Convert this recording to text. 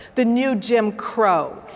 the new jim grow,